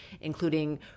including